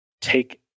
take